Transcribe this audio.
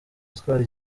atwara